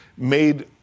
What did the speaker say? made